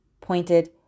pointed